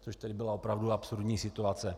To tedy byla opravdu absurdní situace.